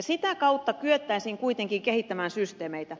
sitä kautta kyettäisiin kuitenkin kehittämään systeemeitä